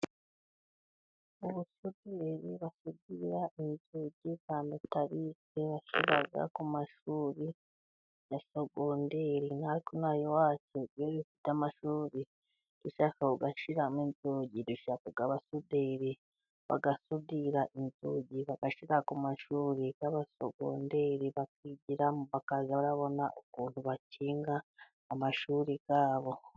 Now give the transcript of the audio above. Ubusidirizi basudira inzugi za mitarike zijya ku mashuri ya segonderi. Natwe ino aha iwacu iyo dufite amashuri dushaka gushiramo inzugi, duhamagara abasuderi bagasudira inzugi, bagashyira ku mashuri y'abasegonderi, bakigiramo, bakazajya babona uko bakinga amashuri yabo.